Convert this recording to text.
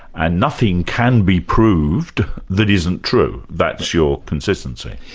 and nothing can be proved that isn't true. that's your consistency.